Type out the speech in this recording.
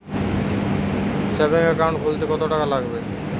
Savings account খুলতে কতটাকা লাগবে?